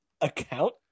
account